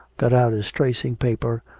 got out his tracing-paper,